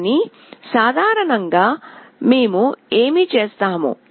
కానీ సాధారణంగా మేము ఏమి చేస్తాము